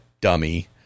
dummy